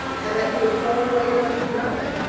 and that you had thrown away your money for nothing.